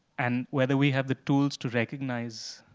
and whether we have the tools to recognize